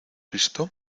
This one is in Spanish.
visto